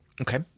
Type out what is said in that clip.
Okay